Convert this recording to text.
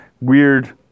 weird